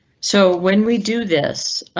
so when we do this,